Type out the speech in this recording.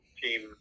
team